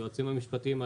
היועצים המשפטיים,